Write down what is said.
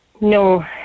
No